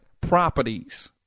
properties